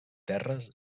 terres